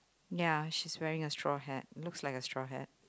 ya she's wearing a straw hat looks like a straw hat